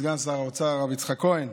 סגן שר האוצר הרב יצחק כהן,